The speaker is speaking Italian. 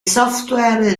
software